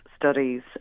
studies